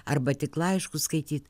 arba tik laiškus skaityt